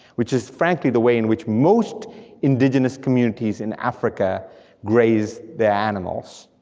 which is frankly the way in which most indigenous communities in africa graze their animals,